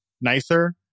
nicer